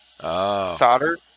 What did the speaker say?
solder